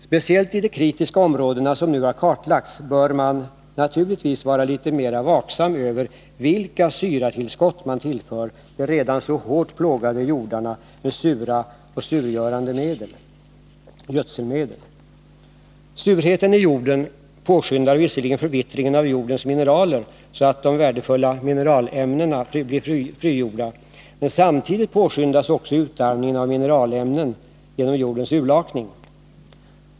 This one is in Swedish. Speciellt i de kritiska områden som nu har kartlagts bör man naturligtvis vara litet mer vaksam över vilka syratillskott man tillför de redan så hårt plågade jordarna genom sura eller surgörande gödselmedel. Surheten i jorden påskyndar visserligen förvittringen av jordens mineraler så att de värdefulla mineralämnena blir frigjorda, men samtidigt påskyndas också utarmningen av mineralämnen genom jordens urlakning.